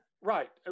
Right